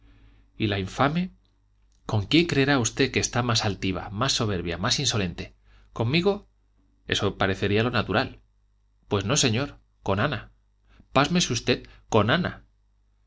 y la infame con quién creerá usted que está más altiva más soberbia más insolente conmigo eso parecería lo natural pues no señor con ana pásmese usted con ana